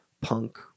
punk